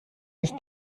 ist